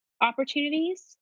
opportunities